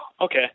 okay